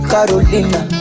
Carolina